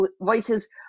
voices